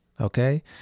Okay